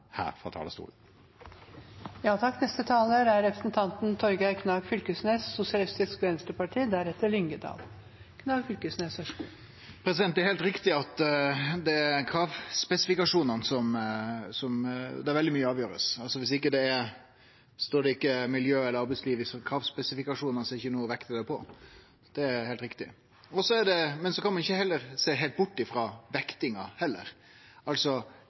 Det er heilt riktig at det er i kravspesifikasjonane veldig mykje blir avgjort. Står det ikkje miljø eller arbeidsliv i kravspesifikasjonane, er det ikkje noko å vekte det på, det er heilt riktig. Men ein kan heller ikkje sjå heilt bort frå vektinga.